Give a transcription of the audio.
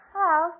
Hello